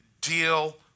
deal